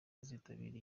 abazitabira